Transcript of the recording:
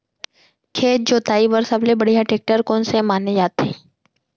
खेत जोताई बर सबले बढ़िया टेकटर कोन से माने जाथे?